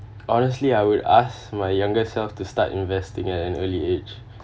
honestly I would ask my younger self to start investing at an early age